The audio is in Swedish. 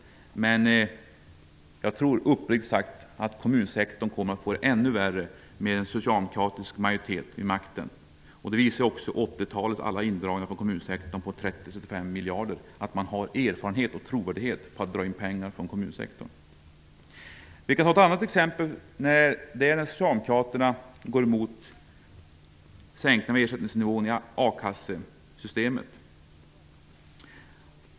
Men jag tror uppriktigt sagt att kommunsektorn kommer att få det ännu värre med en socialdemokratisk majoritet vid makten. Alla indragningar för kommunsektorn på 30--35 miljarder kronor under 80-talet visar att Socialdemokraterna har erfarenhet och trovärdighet på det området. Jag kan ta ett annat exempel. Det gäller sänkningen av ersättningsnivån i a-kassesystemet.